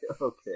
Okay